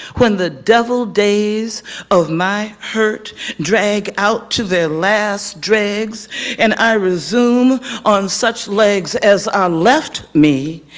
when the devil days of my hurt dragged out to their last dregs and i resume on such legs as are left me,